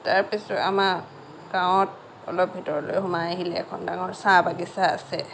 তাৰ পিছত আমাৰ গাঁৱত অলপ ভিতৰলৈ সোমাই আহিলে এখন ডাঙৰ চাহ বাগিচা আছে